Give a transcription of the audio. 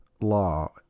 law